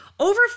Over